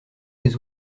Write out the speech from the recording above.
des